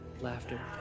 laughter